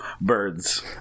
birds